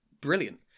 brilliant